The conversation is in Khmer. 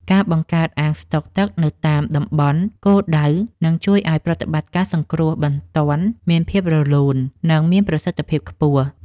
ការបង្កើតអាងស្តុកទឹកនៅតាមតំបន់គោលដៅនឹងជួយឱ្យប្រតិបត្តិការសង្គ្រោះបន្ទាន់មានភាពរលូន និងមានប្រសិទ្ធភាពខ្ពស់។